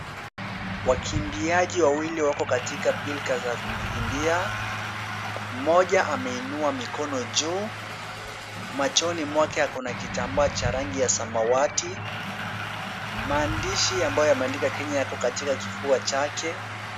Wakimbiaji wawili wako katika pilka za kukimbia. Mmoja ameinua mikono juu, machoni mwake ako na kitambaa cha rangi ya samawati. Maandishi ambayo yameandika Kenya yako katika kifua chake.